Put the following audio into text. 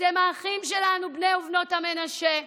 אתם האחים שלנו, בני ובנות המנשה.